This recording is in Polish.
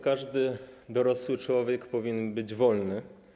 Każdy dorosły człowiek powinien być wolny.